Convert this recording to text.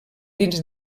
dins